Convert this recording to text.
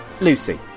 Lucy